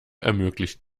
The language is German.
ermöglicht